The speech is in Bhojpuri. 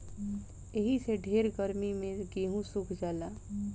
एही से ढेर गर्मी मे गेहूँ सुख जाला